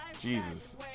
Jesus